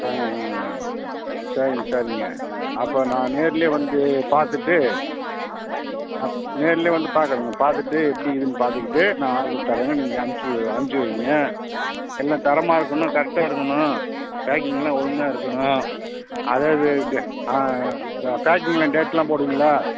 ஆ ஆ ஆ சரிங்க சரிங்க அப்போ நான் நேர்லேயே வந்து பார்த்துட்டு அப் நேர்லேயே வந்து பார்க்கறேங்க பார்த்துட்டு எப்படி இக்குதுன்னு பார்த்துக்கிட்டு நான் ஆட்ரு தர்றேங்க நீங்கள் அனுப்ச்சு அனுப்ச்சு வைங்க எல்லாம் தரமாக இருக்கணும் கரெக்டாக இருக்கணும் பேக்கிங்லாம் ஒழுங்காக இருக்கணும் அதுதது த ப பேக்கிங்கில் டேட்லாம் போடுவீங்களா